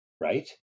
right